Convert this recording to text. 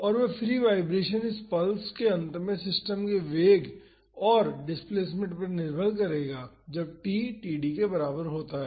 और वह free vibration इस पल्स के अंत में सिस्टम के वेग और डिसप्लेमेंट पर निर्भर करेगा जब t td के बराबर होता है